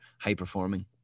high-performing